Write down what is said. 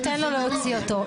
ניתן למיקי להוציא את כאבו.